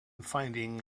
finding